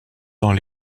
dans